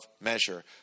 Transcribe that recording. measure